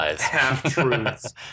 Half-truths